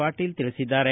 ಪಾಟೀಲ್ ತಿಳಿಸಿದ್ದಾರೆ